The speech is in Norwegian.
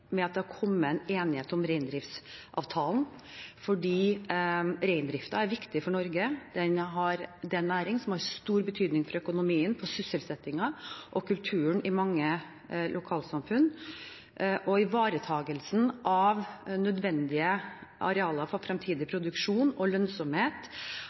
med at det har kommet en enighet om reindriftsavtalen, for reindriften er viktig for Norge. Det er en næring som har stor betydning for økonomien, for sysselsettingen og for kulturen i mange lokalsamfunn. Ivaretakelsen av nødvendige arealer for